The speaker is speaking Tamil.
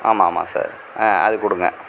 ஆமாம் ஆமாம் சார் அது கொடுங்க